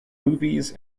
movies